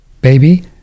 baby